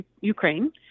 Ukraine